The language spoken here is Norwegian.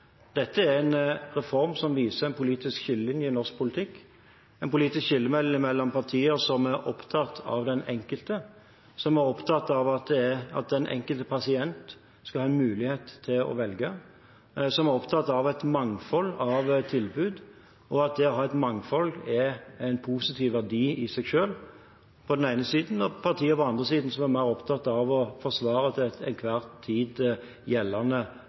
Dette er en reform som viser en politisk skillelinje i norsk politikk, en politisk skillelinje på den ene siden mellom partier som er opptatt av den enkelte, som er opptatt av at den enkelte pasient skal ha en mulighet til å velge, som er opptatt av et mangfold av tilbud, og at det å ha et mangfold er en positiv verdi i seg selv, og partier på den andre siden som er mer opptatt av å forsvare det til enhver tid gjeldende